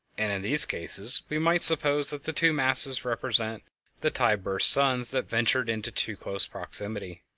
and in these cases we might suppose that the two masses represent the tide-burst suns that ventured into too close proximity.